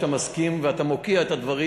שאתה מסכים ואתה מוקיע את הדברים,